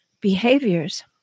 behaviors